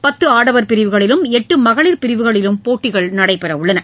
பத்துஆடவர் பிரிவுகளிலும் எட்டுமகளிர் பிரிவுகளிலும் போட்டிகள் நடைபெறவுள்ளன